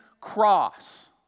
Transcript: cross